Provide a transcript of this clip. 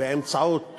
באמצעות